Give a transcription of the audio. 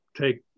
take